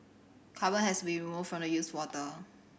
carbon has be removed from the used water